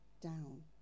down